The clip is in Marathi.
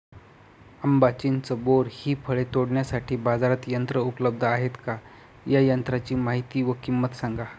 आंबा, चिंच, बोर हि फळे तोडण्यासाठी बाजारात यंत्र उपलब्ध आहेत का? या यंत्रांची माहिती व किंमत सांगा?